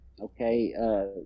okay